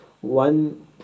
one